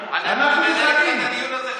אנחנו מנהלים את הדיון הזה כבר חצי שנה.